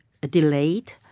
delayed